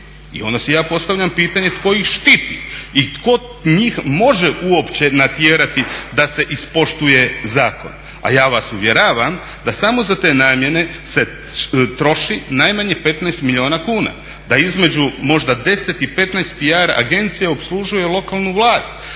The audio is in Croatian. I onda si ja postavljam pitanje tko ih štiti i tko njih može uopće natjerati da se ispoštuje zakon. A ja vas uvjeravam da samo za te namjene se troši najmanje 15 milijuna kuna. Da između možda 10 i 15 PR agencija opslužuje lokalnu vlast.